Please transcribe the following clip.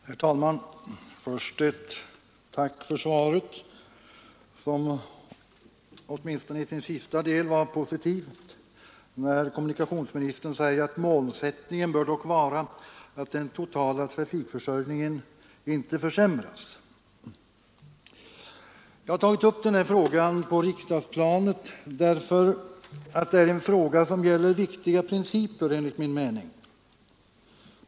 Herr talman! Först ett tack för svaret, som åtminstone i sin sista del var positivt. Kommunikationsministern säger: ”Målsättningen bör dock vara att den totala trafikförsörjningen inom berörda region inte försämrag.” Jag har tagit upp denna fråga på riksdagsplanet därför att den gäller viktiga principer enligt min mening.